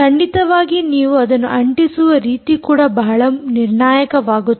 ಖಂಡಿತವಾಗಿ ನೀವು ಅದನ್ನು ಅಂಟಿಸುವ ರೀತಿ ಕೂಡ ಬಹಳ ನಿರ್ಣಾಯಕವಾಗುತ್ತದೆ